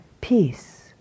Peace